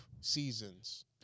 seasons